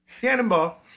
Cannonball